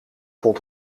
vond